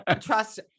trust